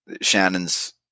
shannon's